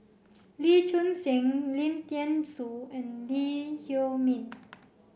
Lee Choon Seng Lim Thean Soo and Lee Huei Min